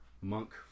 Monk